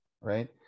right